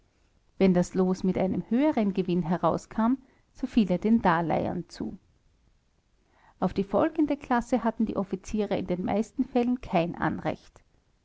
wenn das los mit einem höheren gewinn herauskam so fiel er den darleihern zu auf die folgende klasse hatten die offiziere in den meisten fällen kein anrecht